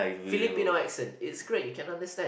Filipino accent is great you can understand